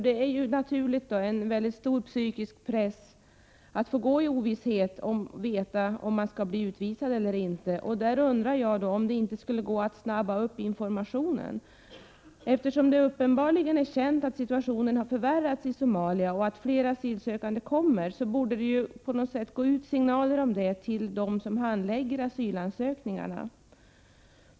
Det är självfallet en stor psykisk press att vara osäker om huruvida man skall bli utvisad eller inte, och därför undrar jag om det inte skulle gå att påskynda informationen. Eftersom det uppenbarligen är känt att situationen i Somalia har förvärrats och att flera asylsökande kommer, borde det gå ut signaler om detta till dem som handlägger asylansökningarna.